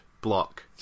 block